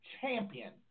champion